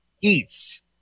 eats